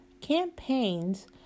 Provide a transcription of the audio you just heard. campaigns